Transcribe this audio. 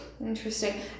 Interesting